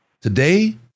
Today